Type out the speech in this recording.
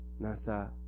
nasa